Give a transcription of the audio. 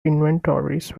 inventories